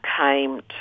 came